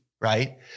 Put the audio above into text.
right